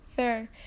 Third